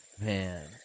man